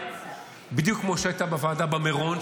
בדיוק כמו שהייתה בוועדה במירון,